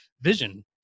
vision